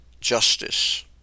justice